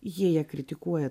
jie ją kritikuoja